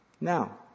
Now